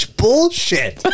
bullshit